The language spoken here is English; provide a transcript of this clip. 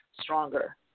stronger